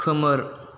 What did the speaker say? खोमोर